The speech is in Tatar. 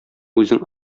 үзең